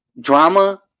drama